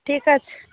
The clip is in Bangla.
ঠিক আছে